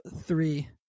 three